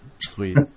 Sweet